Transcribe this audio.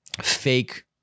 fake